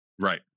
Right